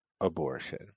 abortion